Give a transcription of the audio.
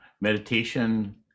meditation